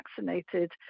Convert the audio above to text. vaccinated